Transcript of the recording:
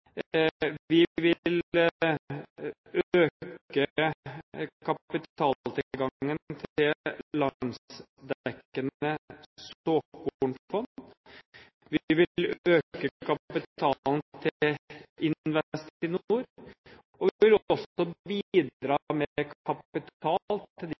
Vi vil øke kapitaltilgangen til landsdekkende såkornfond. Vi vil øke kapitalen til Investinor, og vi vil også bidra med kapital til de